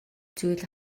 зүйл